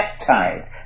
peptide